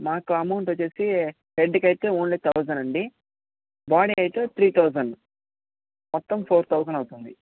మాకు అమౌంట్ వచ్చి హెడ్కి అయితే ఓన్లీ థౌజండ్ అండి బాడీ అయితే త్రీ థౌజండ్ మొత్తం ఫోర్ థౌజండ్ అవుతుంది